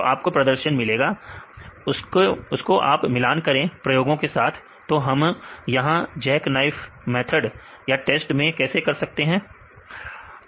तो आपको प्रदर्शन मिलेगा उसको आप मिलान करें प्रयोगों के साथ तो यहां हम जैक नाइफ टेस्ट में कैसे कर सकते हैं